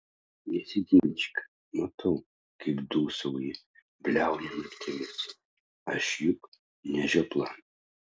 nesiginčyk matau kaip dūsauji bliauni naktimis aš juk ne žiopla